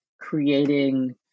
creating